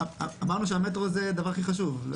אמרנו שהמטרו זה הדבר הכי חשוב.